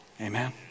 Amen